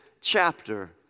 chapter